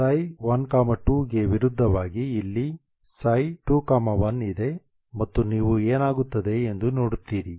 ψ12 ಗೆ ವಿರುದ್ಧವಾಗಿ ಇಲ್ಲಿ ψ21 ಇದೆ ಮತ್ತು ನೀವು ಏನಾಗುತ್ತದೆ ಎಂದು ನೋಡುತ್ತೀರಿ